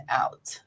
out